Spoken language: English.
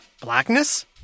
Blackness